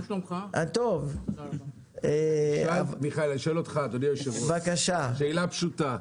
אדוני היושב ראש, אני שואל אותך שאלה פשוטה.